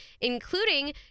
including